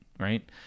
Right